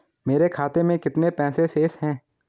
मेरे खाते में कितने पैसे शेष हैं?